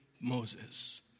Moses